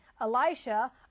Elisha